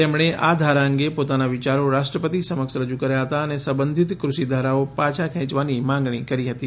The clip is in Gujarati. તેમણે આ ધારા અંગે પોતાના વિયારો રાષ્ટ્રપતિ સમક્ષ રજુ કર્યા હતા અને સંબંધીત ક્રષિધારાઓ પાછા ખેંચવાની માંગણી કરી હતી